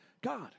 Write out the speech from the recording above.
God